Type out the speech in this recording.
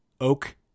oak